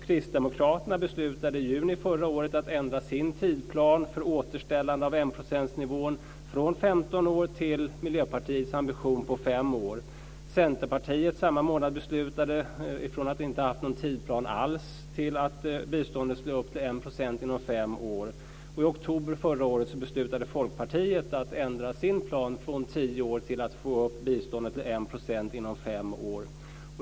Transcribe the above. Kristdemokraterna beslutade i juni förra året att ändra sin tidsplan för återställande av enprocentsnivån från 15 år till Miljöpartiets ambition på 5 år. Centerpartiet, som inte hade haft någon tidsplan alls, beslutade samma månad att biståndet skulle upp till 1 % inom 5 år. I oktober förra året beslutade Folkpartiet att ändra sin plan på 10 år för att få upp biståndet till 1 % till att det ska ske inom 5 år.